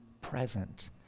present